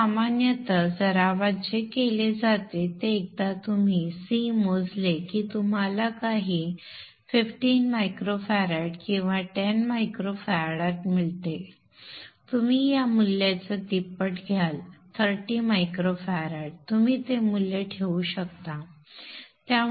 तर सामान्यत सरावात जे केले जाते ते एकदा तुम्ही c मोजले की तुम्हाला काही 15μF किंवा 10 μF मिळतील तुम्ही त्या मूल्याच्या तिप्पट घ्याल 30μF तुम्ही ते मूल्य ठेवू शकता